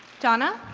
donna?